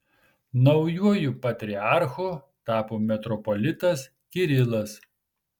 naujuoju patriarchu tapo metropolitas kirilas